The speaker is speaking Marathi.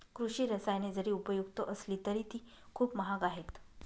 कृषी रसायने जरी उपयुक्त असली तरी ती खूप महाग आहेत